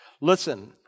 Listen